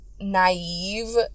naive